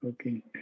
Okay